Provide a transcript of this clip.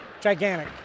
gigantic